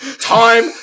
Time